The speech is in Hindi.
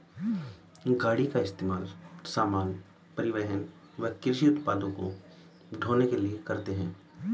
गाड़ी का इस्तेमाल सामान, परिवहन व कृषि उत्पाद को ढ़ोने के लिए करते है